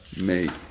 made